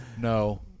No